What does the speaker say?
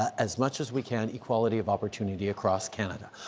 as much as we can, equality of opportunity across canada.